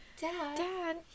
Dad